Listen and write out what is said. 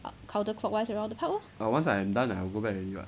counter clockwise around the park lor